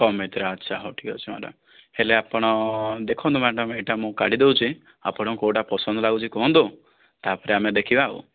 କମ ଭିତରେ ଆଚ୍ଛା ହଉ ଠିକ୍ ଅଛି ମ୍ୟାଡ଼ାମ ହେଲେ ଆପଣ ଦେଖନ୍ତୁ ମ୍ୟାଡ଼ାମ ଏଇଟା ମୁଁ କାଢ଼ି ଦେଉଛି ଆପଣଙ୍କୁ କେଉଁଟା ପସନ୍ଦ ଲାଗୁଛି କୁହନ୍ତୁ ତାପରେ ଆମେ ଦେଖିବା ଆଉ